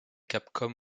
capcom